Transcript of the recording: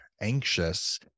anxious